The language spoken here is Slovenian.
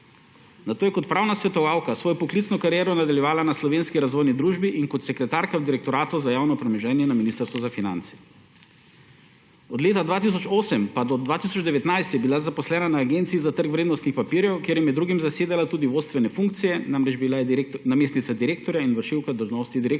Nato je kot pravna svetovalka svojo poklicno kariero nadaljevala na Slovenski razvojni družbi in kot sekretarka v Direktoratu za javno premoženje na Ministrstvu za finance. Od leta 2008 pa do 2019 je bila zaposlena na Agenciji za trg vrednostnih papirjev, kjer je med drugim zasedala tudi vodstvene funkcije. Bila je namestnica direktorja in vršilka dolžnosti direktorja,